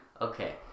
Okay